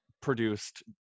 produced